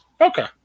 Okay